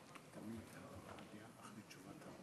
של אי-קבלת תלמיד למוסד חינוכי על רקע אפליה או גזענות.